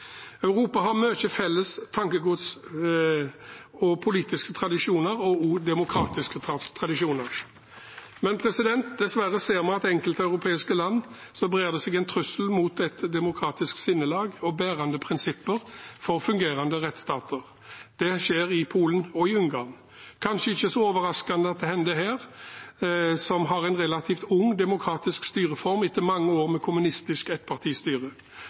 Europa har mye felles tankegods, politiske tradisjoner og også demokratiske tradisjoner. Dessverre ser vi at i enkelte europeiske land brer det seg en trussel mot et demokratisk sinnelag og bærende prinsipper for fungerende rettsstater. Det skjer i Polen og i Ungarn. Det er kanskje ikke så overraskende at det hender her, hvor man har en relativt ung demokratisk styreform, etter mange år med kommunistisk ettpartistyre.